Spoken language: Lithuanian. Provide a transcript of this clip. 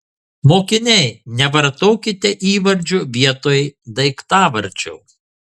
mokiniai nevartokite įvardžio vietoj daiktavardžio